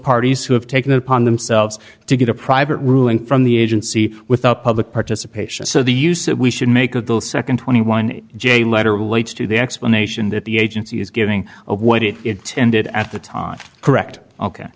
parties who have taken it upon themselves to get a private ruling from the agency without public participation so the use of we should make of the nd twenty one j letter relates to the explanation that the agency is giving of what it intended at the time correct ok